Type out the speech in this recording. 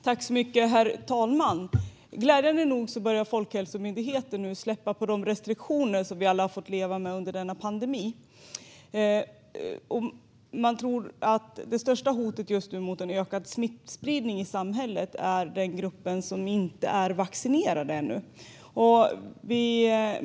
Herr talman! Glädjande nog börjar Folkhälsomyndigheten nu släppa på de restriktioner som vi alla har fått leva med under denna pandemi. Man tror att det största hotet just nu mot en sjunkande smittspridning i samhället är den grupp som inte är vaccinerad ännu.